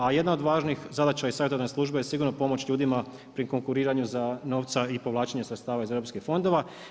A jedna od važnih zadaća savjetodavne službe je sigurno pomoć ljudima pri konkuriranju za novca i povlačenja sredstava iz Europskih fondova.